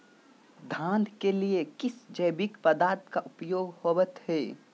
धान के लिए किस जैविक पदार्थ का उपयोग होवत है?